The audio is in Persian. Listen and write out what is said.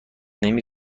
نمی